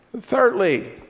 Thirdly